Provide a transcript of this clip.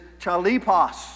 chalipos